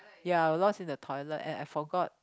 ya I lost in the toilet and I forgot